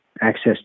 access